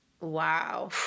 wow